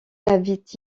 n’avait